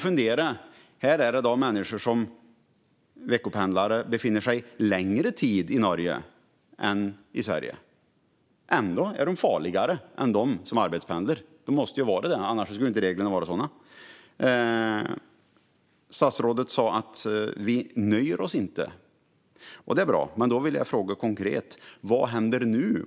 Trots att veckopendlarna befinner sig längre tid i Norge än i Sverige är de tydligen farligare än de som arbetspendlar. De måste ju vara det, annars skulle inte reglerna vara sådana. Statsrådet sa: Vi nöjer oss inte. Det är bra, men då frågar jag: Vad händer konkret?